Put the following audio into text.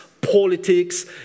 politics